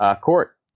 Court